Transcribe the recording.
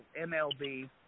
MLB